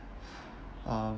uh